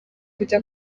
kujya